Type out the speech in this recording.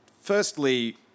Firstly